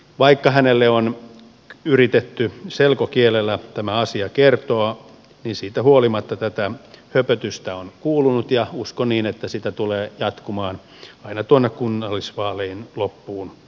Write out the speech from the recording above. vaikka hänelle on yritetty selkokielellä tämä asia kertoa niin siitä huolimatta tätä höpötystä on kuulunut ja uskon että sitä tulee jatkumaan aina tuonne kunnallisvaalien loppuun saakka